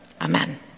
Amen